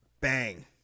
bang